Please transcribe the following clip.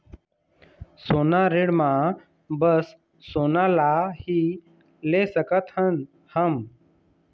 सोना ऋण मा बस सोना ला ही ले सकत हन हम?